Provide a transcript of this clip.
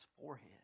forehead